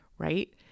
Right